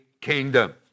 kingdom